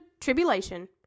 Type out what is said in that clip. tribulation